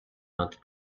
not